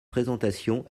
présentation